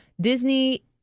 Disney